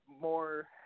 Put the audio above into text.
more